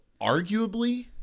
arguably